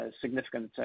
significant